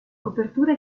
copertura